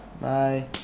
Bye